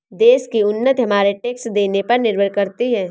देश की उन्नति हमारे टैक्स देने पर निर्भर करती है